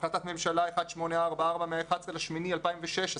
החלטת ממשלה 1844 מה-11 באוגוסט 2016,